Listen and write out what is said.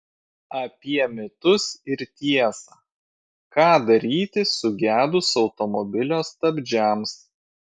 apie mitus ir tiesą ką daryti sugedus automobilio stabdžiams